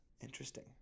Interesting